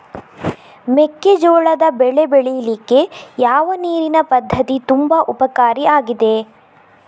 ಮೆಕ್ಕೆಜೋಳದ ಬೆಳೆ ಬೆಳೀಲಿಕ್ಕೆ ಯಾವ ನೀರಿನ ಪದ್ಧತಿ ತುಂಬಾ ಉಪಕಾರಿ ಆಗಿದೆ?